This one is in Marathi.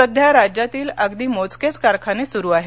सध्या राज्यातील अगदी मोजकेच कारखाने सुरु आहेत